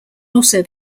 also